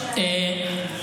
ותדבר.